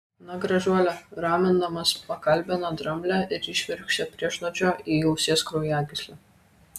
na gražuole ramindamas pakalbino dramblę ir įšvirkštė priešnuodžio į ausies kraujagyslę